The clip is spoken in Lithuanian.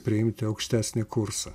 priimti aukštesnį kursą